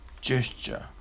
gesture